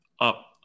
up